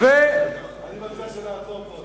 אני מציע שנעצור פה,